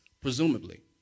presumably